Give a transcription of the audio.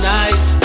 nice